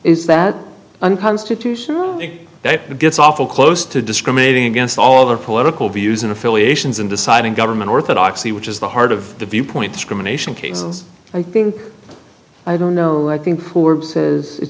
is that unconstitutional big day it gets awful close to discriminating against all of our political views and affiliations in deciding government orthodoxy which is the heart of the viewpoint discrimination cases i think i don't know i think corpses it